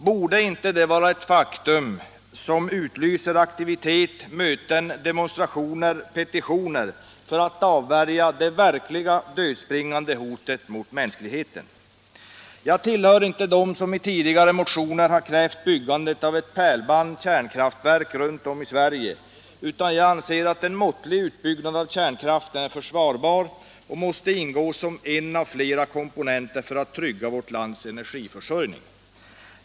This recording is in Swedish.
Borde inte detta faktum utlysa aktivitet, möten, demonstrationer och petitioner för att avvärja det verkligt dödsbringande hotet mot mänskligheten? Jag tillhör inte dem som i tidigare motioner har krävt byggande av ett pärlband kärnkraftverk runt om i Sverie, men jag anser att en måttlig utbyggnad av kärnkraften är försvarsbar och måste ingå som en av flera komponenter för att trygga vårt lands energiförsörjning.